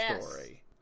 story